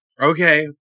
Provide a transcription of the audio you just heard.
Okay